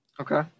Okay